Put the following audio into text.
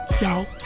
y'all